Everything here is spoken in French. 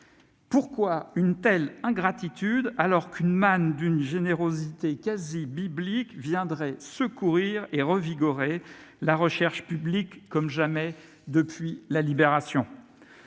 Pourquoi une telle ingratitude alors qu'une manne, d'une générosité quasi biblique, viendrait secourir et revigorer la recherche publique comme jamais depuis la Libération ?